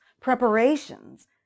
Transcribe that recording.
Preparations